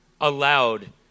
allowed